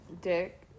dick